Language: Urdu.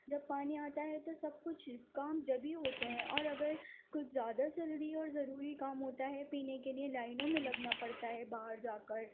جب پانی آتا ہے تو سب کچھ کام جبھی ہوتے ہیں اور اگر کچھ زیادہ جلدی اور ضروری کام ہوتا ہے پینے کے لیے لائنوں میں لگنا پڑتا ہے باہر جا کر